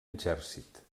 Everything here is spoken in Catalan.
exèrcit